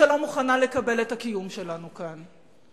שלא מוכנה לקבל את הקיום שלנו כאן.